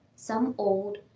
some old,